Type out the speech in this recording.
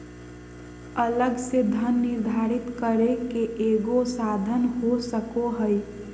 अलग से धन निर्धारित करे के एगो साधन हो सको हइ